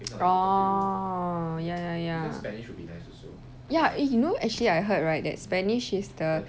orh ya ya ya ya eh you know actually I heard right that spanish is the